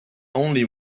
only